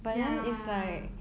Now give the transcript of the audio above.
ya